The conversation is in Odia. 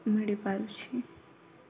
ମିଳିପାରୁଛି